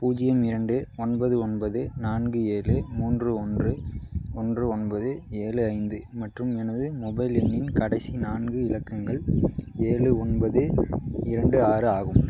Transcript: பூஜ்ஜியம் இரண்டு ஒன்பது ஒன்பது நான்கு ஏழு மூன்று ஒன்று ஒன்று ஒன்பது ஏழு ஐந்து மற்றும் எனது மொபைல் எண்ணின் கடைசி நான்கு இலக்கங்கள் ஏழு ஒன்பது இரண்டு ஆறு ஆகும்